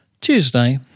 Tuesday